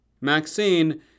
Maxine